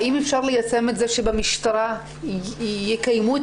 האם אפשר ליישם את זה שבמשטרה יקיימו את